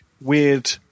weird